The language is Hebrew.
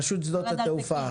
רשות שדות התעופה.